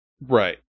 Right